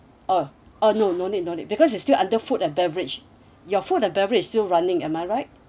oh oh no no need no need because it's still other food and beverage your food or beverage is still running am I right